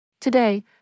Today